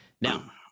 Now